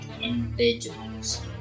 individuals